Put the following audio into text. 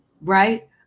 right